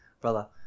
Brother